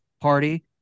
party